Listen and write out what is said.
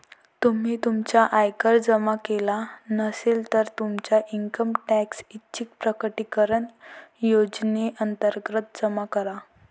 तुम्ही तुमचा आयकर जमा केला नसेल, तर तुमचा इन्कम टॅक्स ऐच्छिक प्रकटीकरण योजनेअंतर्गत जमा करा